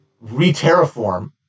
re-terraform